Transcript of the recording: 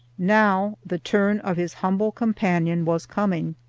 now the turn of his humble companion was coming.